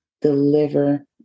deliver